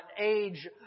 age